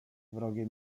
wrogie